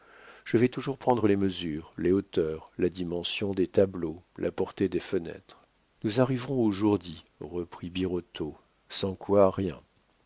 je vais toujours prendre les mesures les hauteurs la dimension des tableaux la portée des fenêtres nous arriverons au jour dit reprit birotteau sans quoi rien